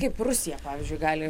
kaip rusija pavyzdžiui gali